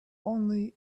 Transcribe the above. only